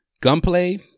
gunplay